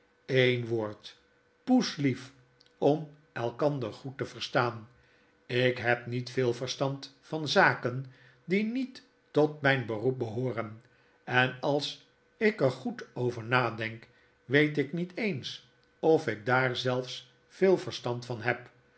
een woord poeslief om elkander goed te verstaan ik heb niet veel verstand van zaken die niet tot mjjn beroep behooren en als ik er goed over nadenk weet ik niet eens of ik dir zelfs veel verstand van heb